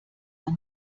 man